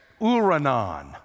uranon